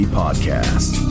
podcast